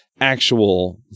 actual